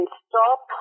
stop